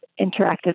interactive